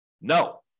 No